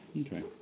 Okay